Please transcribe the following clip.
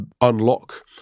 unlock